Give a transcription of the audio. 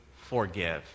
forgive